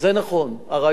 הרעיון נראה נכון.